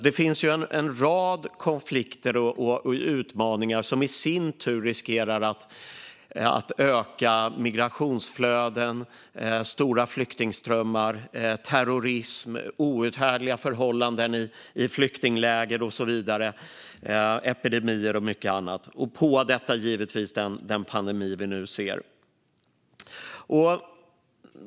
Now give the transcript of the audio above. Det finns en rad konflikter och utmaningar som i sin tur riskerar att öka migrationsflöden och orsaka stora flyktingströmmar, terrorism, outhärdliga förhållanden i flyktingläger och så vidare - som epidemier och mycket annat. På detta har vi givetvis den pandemi vi nu ser.